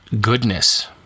goodness